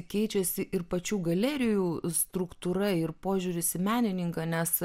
keičiasi ir pačių galerijų struktūra ir požiūris į menininką nes